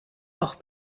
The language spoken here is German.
auch